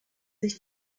sich